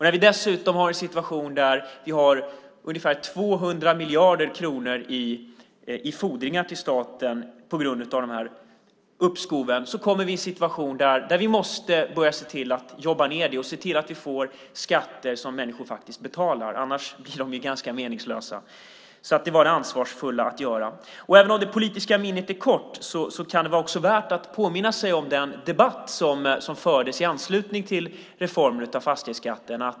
När vi dessutom har en situation med ungefär 200 miljarder i fordringar till staten på grund av dessa uppskov kommer vi i en situation där vi måste börja jobba ned det och se till att få skatter som människor faktiskt betalar. Annars är de ganska meningslösa. Därför var detta det ansvarsfulla att göra. Även om det politiska minnet är kort kan det vara värt att påminna sig den debatt som fördes i anslutning till reformeringen av fastighetsskatten.